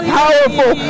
powerful